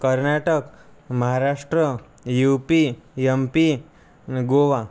Karnataka Maharashtra U P M P आणि गोवा